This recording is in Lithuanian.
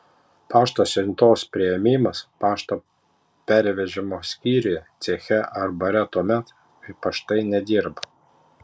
pašto siuntos priėmimas pašto pervežimo skyriuje ceche ar bare tuomet kai paštai nedirba